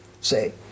say